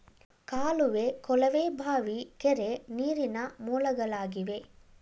ಕಾಲುವೆ, ಕೊಳವೆ ಬಾವಿ, ಕೆರೆ, ನೀರಿನ ಮೂಲಗಳಾಗಿವೆ